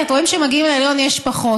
את צודקת, רואים שכשמגיעים לעליון יש פחות.